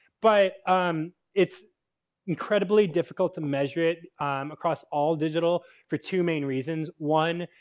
but um it's incredibly difficult to measure it across all digital for two main reasons. one,